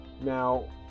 Now